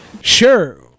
Sure